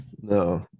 No